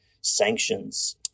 sanctions